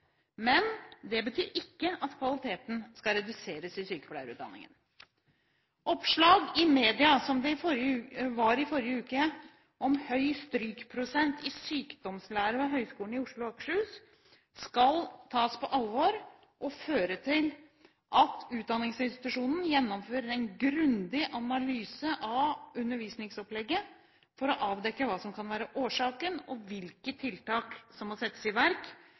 Men det betyr ikke at kvaliteten skal reduseres i sykepleierutdanningen. Oppslag i mediene, som det i forrige uke om høy strykprosent i sykdomslære ved Høgskolen i Oslo og Akershus, skal tas på alvor og føre til at utdanningsinstitusjonen gjennomfører en grundig analyse av undervisningsopplegget for å avdekke hva som kan være årsaken og hvilke tiltak som må settes i verk